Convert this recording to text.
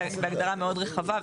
זה הגדרה מאוד רחבה.